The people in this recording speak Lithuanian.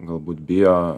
galbūt bijo